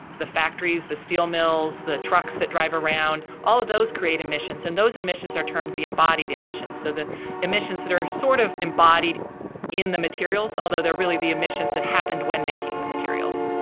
the factories, the steel mills, the trucks that drive around, all of those create emissions, and those emissions are termed the embodied emissions. so the emissions that are sort of embodied in the materials, although they're really the emissions that happened when making the materials.